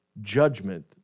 judgment